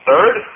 Third